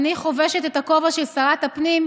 חובשת את הכובע של שרת הפנים,